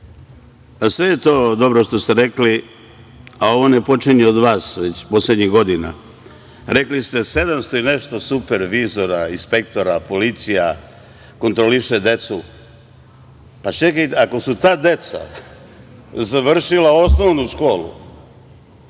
Sve je to dobro što ste rekli, a ovo ne počinje od vas, već poslednjih godina. Rekli ste 700 i nešto supervizora, inspektora, policije kontroliše decu. Čekajte, ako su ta deca završila osnovnu školu